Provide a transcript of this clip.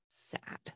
sad